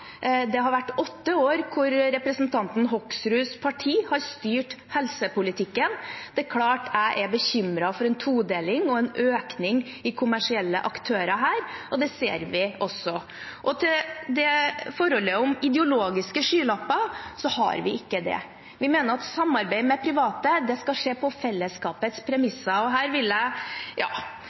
Det har vært åtte år hvor representanten Hoksruds parti har styrt helsepolitikken. Det er klart jeg er bekymret for en todeling og en økning i kommersielle aktører her, og det ser vi også. Når det gjelder ideologiske skylapper, har vi ikke det. Vi mener at samarbeid med private skal skje på fellesskapets premisser, og her vil jeg – ja,